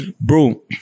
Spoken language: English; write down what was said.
bro